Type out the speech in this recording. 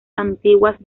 antiguas